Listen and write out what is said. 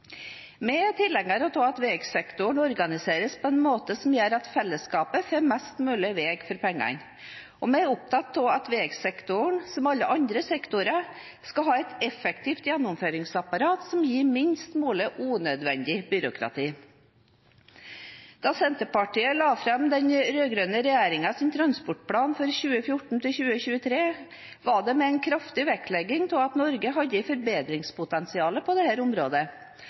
av at veisektoren organiseres på en måte som gjør at fellesskapet får mest mulig vei for pengene, og vi er opptatt av at veisektoren – som alle andre sektorer – skal ha et effektivt gjennomføringsapparat som gir minst mulig unødvendig byråkrati. Da Senterpartiet la fram den rød-grønne regjeringens transportplan for 2014–2023, var det med en kraftig vektlegging av at Norge hadde et forbedringspotensial på dette området, og med konkrete forslag til hvordan det